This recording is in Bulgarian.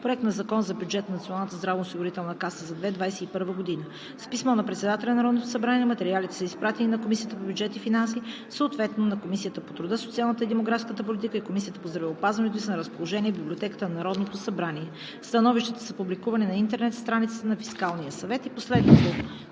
Проект на закон за бюджета на Националната здравноосигурителна каса за 2021 г. С писмо на председателя на Народното събрание материалите са изпратени на Комисията по бюджет и финанси, Комисията по труда, социалната и демографската политика, Комисията по здравеопазването и са на разположение в Библиотеката на Народното събрание. Становищата са публикувани на интернет страницата на Фискалния съвет. От